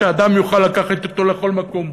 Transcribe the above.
שאדם יוכל לקחת אתו לכל מקום.